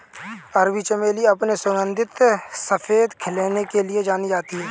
अरबी चमेली अपने सुगंधित सफेद खिलने के लिए जानी जाती है